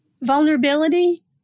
vulnerability